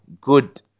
good